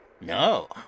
No